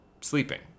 sleeping